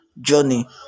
journey